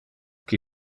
qui